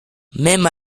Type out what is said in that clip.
même